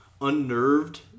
unnerved